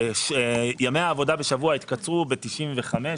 וימי העבודה בשבוע התקצרו ב-1995,